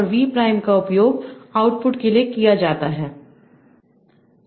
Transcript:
और V prime का उपयोग आउटपुट के लिए किया जाता है